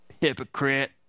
hypocrite